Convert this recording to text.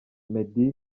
meddy